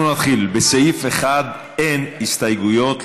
אנחנו נתחיל: לסעיף 1 אין הסתייגויות,